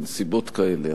בנסיבות כאלה,